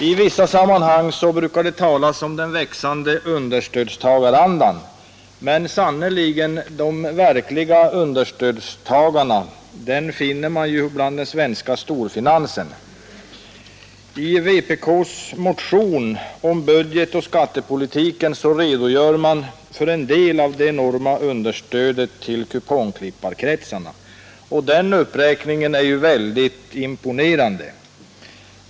I vissa sammanhang brukar det talas om den växande understödstagarandan, men man finner sannerligen de verkliga understödstagarna inom den svenska storfinansen. I vpk:s motion om budgetoch skattepolitiken redogör vi för en del av det enorma understödet till kupongklipparkretsarna. Denna uppräkning är mycket imponerande.